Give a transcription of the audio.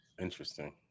interesting